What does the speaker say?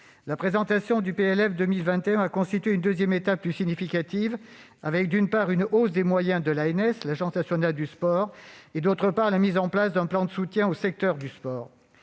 La présentation du PLF 2021 a constitué une deuxième étape plus significative, avec, d'une part, une hausse des moyens de l'Agence nationale du sport et, d'autre part, la mise en place d'un plan de soutien au secteur du sport.